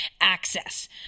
access